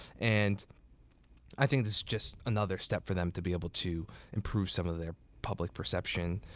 and i think this is just another step for them to be able to improve some of their public perception,